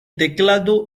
teclado